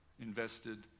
invested